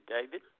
David